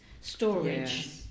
storage